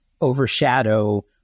overshadow